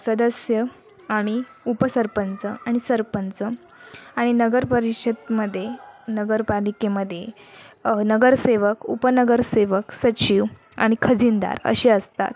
सदस्य आणि उपसरपंच आणि सरपंच आणि नगरपरिषदमध्ये नगरपालिकेमध्ये नगरसेवक उपनगरसेवक सचिव आणि खजिनदार असे असतात